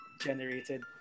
generated